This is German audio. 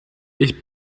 ich